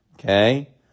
Okay